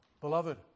Beloved